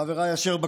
חבריי אשר בקואליציה,